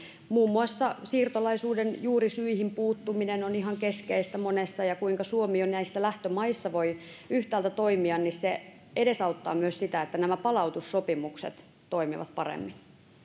muun muassa siirtolaisuuden juurisyihin puuttuminen on ihan keskeistä monessa ja se kuinka suomi yhtäältä jo lähtömaissa voi toimia edesauttaa myös sitä että nämä palautussopimukset toimivat paremmin